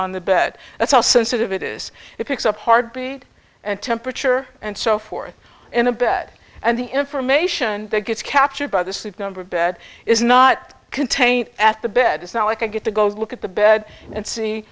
on the bed that's how sensitive it is it picks up heartbeat and temperature and so forth in the bed and the information that gets captured by the sleep number bed is not contained at the bed it's not like i get the go look at the bed and see